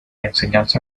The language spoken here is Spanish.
enseñanza